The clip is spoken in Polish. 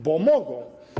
Bo mogą.